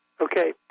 Okay